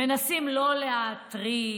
מנסים לא להתריס,